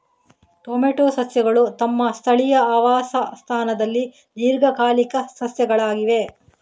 tomato ಸಸ್ಯಗಳು ತಮ್ಮ ಸ್ಥಳೀಯ ಆವಾಸ ಸ್ಥಾನದಲ್ಲಿ ದೀರ್ಘಕಾಲಿಕ ಸಸ್ಯಗಳಾಗಿವೆ